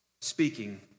speaking